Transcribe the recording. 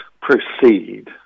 proceed